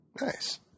Nice